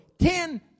Ten